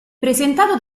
presentato